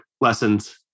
lessons